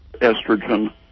estrogen